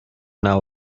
naw